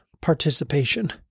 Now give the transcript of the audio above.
participation